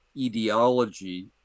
ideology